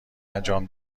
انجام